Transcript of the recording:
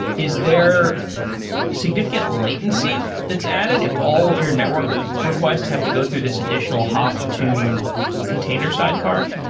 is there significant latency that's added if all of your network requests have to go through this additional hop to container sidecar?